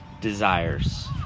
desires